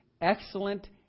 excellent